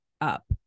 up